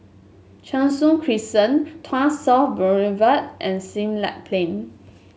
Cheng Soon Crescent Tuas South Boulevard and Siglap Plain